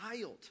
child